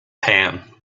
pan